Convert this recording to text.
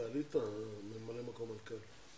תעלי את ממלאת מקום המנכ"לית.